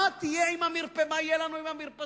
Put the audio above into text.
מה יהיה לנו עם המרפסות?